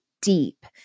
deep